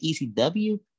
ECW